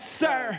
sir